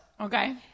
Okay